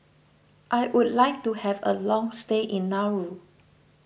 I would like to have a long stay in Nauru